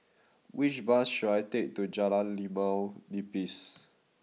which bus should I take to Jalan Limau Nipis